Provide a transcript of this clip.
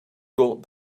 got